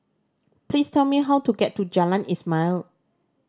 please tell me how to get to Jalan Ismail